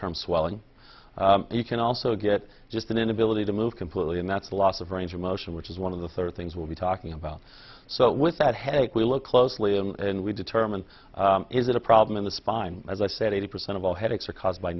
term swelling you can also get just an inability to move completely and that's a loss of range of motion which is one of the third things we'll be talking about so with that headache we look closely and we determine is it a problem in the spine as i said eighty percent of all headaches are caused by